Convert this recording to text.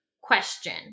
question